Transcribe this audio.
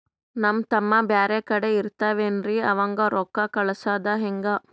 ನಮ್ ತಮ್ಮ ಬ್ಯಾರೆ ಕಡೆ ಇರತಾವೇನ್ರಿ ಅವಂಗ ರೋಕ್ಕ ಕಳಸದ ಹೆಂಗ?